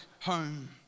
home